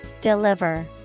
Deliver